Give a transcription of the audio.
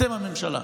אתם הממשלה.